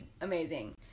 amazing